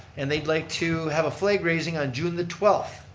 and they'd like to have a flag raising on june the twelfth.